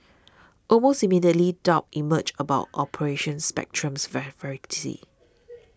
almost immediately doubts emerged about Operation Spectrum's veracity